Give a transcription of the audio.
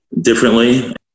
differently